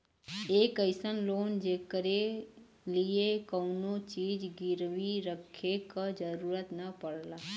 एक अइसन लोन जेकरे लिए कउनो चीज गिरवी रखे क जरुरत न पड़ला